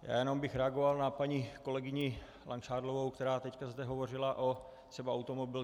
Jenom bych reagoval na paní kolegyni Langšádlovou, která teď zde hovořila třeba o automobilce.